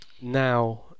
Now